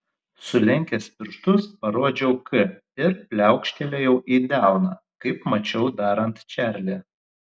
sulenkęs pirštus parodžiau k ir pliaukštelėjau į delną kaip mačiau darant čarlį